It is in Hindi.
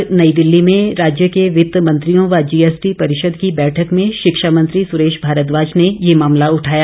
कल नई दिल्ली में राज्य के वित्त मंत्रियों व जीएसटी परिषद की बैठक में शिक्षा मंत्री सुरेश भारद्वाज ने ये मामला उठाया